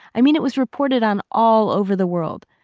i mean, it was reported on all over the world.